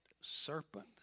serpent